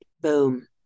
Boom